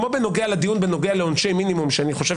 כמו בנוגע לדיון בנוגע לעונשי מינימום שאני חושב